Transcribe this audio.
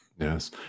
Yes